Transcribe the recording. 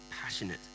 passionate